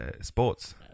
sports